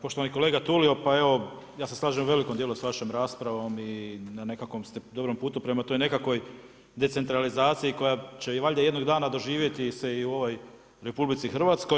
Poštovani kolega Tulio, pa evo ja se slažem u velikom dijelu sa vašom raspravom i na nekakvom ste dobrom putu prema toj nekakvoj decentralizaciji koja će i valjda jednog dana doživjeti se i u ovoj RH.